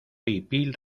hipil